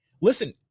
Listen